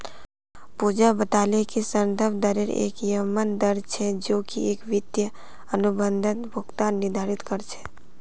पूजा बताले कि संदर्भ दरेर एक यममन दर छेक जो की एक वित्तीय अनुबंधत भुगतान निर्धारित कर छेक